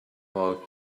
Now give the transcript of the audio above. for